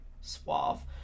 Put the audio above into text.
suave